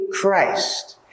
Christ